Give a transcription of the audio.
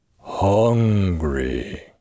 Hungry